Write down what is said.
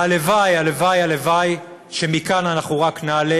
והלוואי, הלוואי, הלוואי שמכאן אנחנו רק נעלה,